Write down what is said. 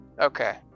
Okay